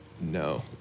no